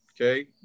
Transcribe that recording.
okay